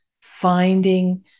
finding